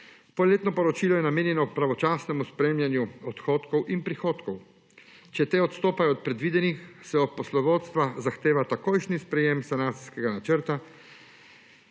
Polletno poročilo je namenjeno pravočasnemu spremljanju odhodkov in prihodkov. Če ti odstopajo od predvidenih, se od poslovodstva zahteva takojšnje sprejetje sanacijskega načrta